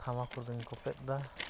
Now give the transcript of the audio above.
ᱛᱷᱟᱢᱟᱠᱩᱨᱫᱚᱧ ᱠᱚᱯᱮᱫᱼᱫᱟ